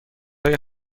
های